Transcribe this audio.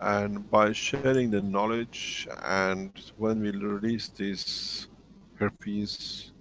and by sharing the knowledge and when we release these herpes